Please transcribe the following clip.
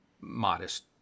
modest